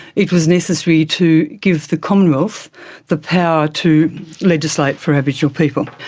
it was necessary to give the commonwealth the power to legislate for aboriginal people.